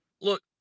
look